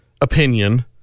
opinion